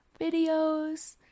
videos